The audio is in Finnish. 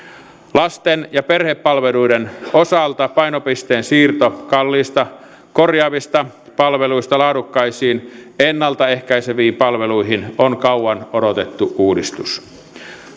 lasten ja perhepalveluiden osalta painopisteen siirto kalliista korjaavista palveluista laadukkaisiin ennalta ehkäiseviin palveluihin on kauan odotettu uudistus